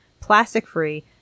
plastic-free